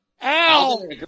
Al